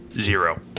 Zero